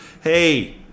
Hey